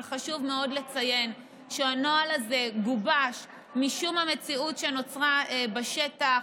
אבל חשוב מאוד לציין שהנוהל הזה גובש משום המציאות שנוצרה בשטח.